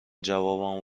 جوابمو